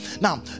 now